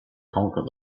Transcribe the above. conquer